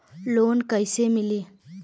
Loan कइसे मिलि?